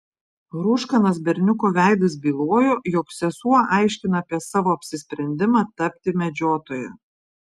rūškanas berniuko veidas bylojo jog sesuo aiškina apie savo apsisprendimą tapti medžiotoja